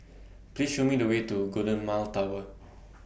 Please Show Me The Way to Golden Mile Tower